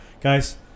guys